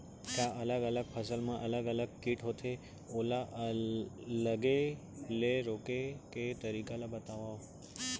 का अलग अलग फसल मा अलग अलग किट होथे, ओला लगे ले रोके के तरीका ला बतावव?